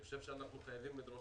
אני חושב שאנחנו חייבים לדרוש